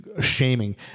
shaming